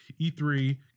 E3